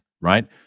right